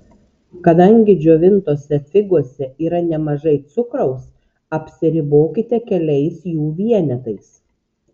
kadangi džiovintose figose yra nemažai cukraus apsiribokite keliais jų vienetais